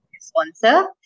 sponsor